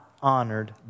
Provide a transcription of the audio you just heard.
honored